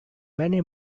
many